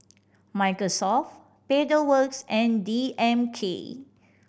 Microsoft Pedal Works and D M K